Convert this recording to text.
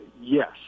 Yes